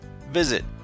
Visit